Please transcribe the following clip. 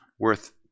worth